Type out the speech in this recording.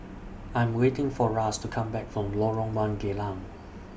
I'm waiting For Ras to Come Back from Lorong one Geylang